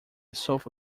sofa